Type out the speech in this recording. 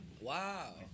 Wow